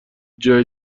جای